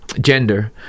gender